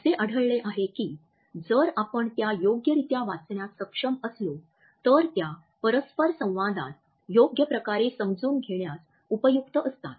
असे आढळले आहे की जर आपण त्या योग्यरित्या वाचण्यास सक्षम असलो तर त्या परस्परसंवादास योग्य प्रकारे समजून घेण्यास उपयुक्त असतात